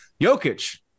Jokic